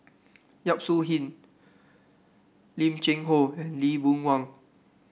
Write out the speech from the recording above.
Yap Su Yin Lim Cheng Hoe and Lee Boon Wang